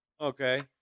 Okay